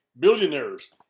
Billionaires